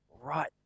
right